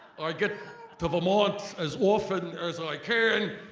i get to vermont as often as i can.